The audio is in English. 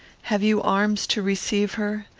have you arms to receive her?